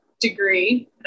degree